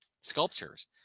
sculptures